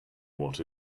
what